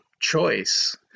choice